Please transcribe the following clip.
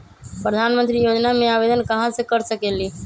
प्रधानमंत्री योजना में आवेदन कहा से कर सकेली?